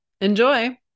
Enjoy